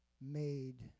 made